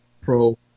pro